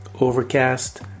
Overcast